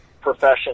profession